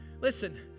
listen